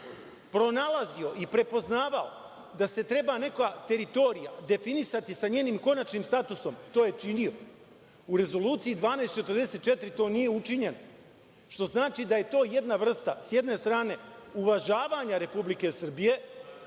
pronalazio i prepoznavao da se treba neka teritorija definisati sa njenim konačnim statusom, to je činio. U rezoluciji 1244 to nije učinjeno, što znači da je to jedna vrsta, sa jedne strane, uvažavanja Republike Srbije